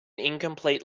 incomplete